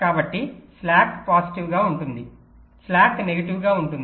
కాబట్టి slack positive గా ఉంటుంది స్లాక్ నెగటివ్ గా ఉంటుంది